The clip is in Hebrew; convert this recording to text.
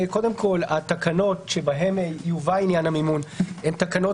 שהתקנות שבהן יובא עניין המימון הן תקנות